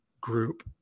group